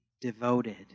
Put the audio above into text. devoted